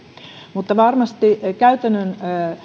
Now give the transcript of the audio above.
mutta varmasti käytännön